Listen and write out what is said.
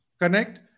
connect